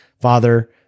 father